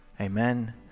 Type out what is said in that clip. Amen